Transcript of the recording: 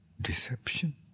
Deception